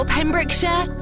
Pembrokeshire